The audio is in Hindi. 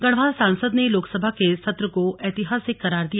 गढ़वाल सांसद ने लोकसभा के सत्र को ऐतिहासिक करार दिया